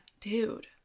dude